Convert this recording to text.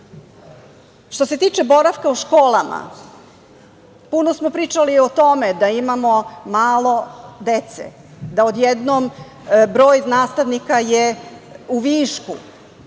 se tiče boravka u školama, puno smo pričali o tome da imamo malo dece, da odjednom broj nastavnika je u višku.